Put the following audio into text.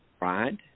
Right